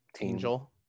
angel